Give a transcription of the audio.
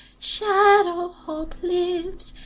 shadow-hope lives,